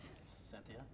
Cynthia